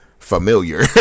familiar